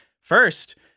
first